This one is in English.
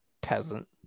peasant